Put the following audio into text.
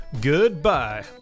goodbye